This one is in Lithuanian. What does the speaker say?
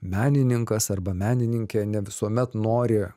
menininkas arba menininkė ne visuomet nori